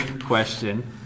question